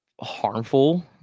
harmful